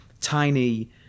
tiny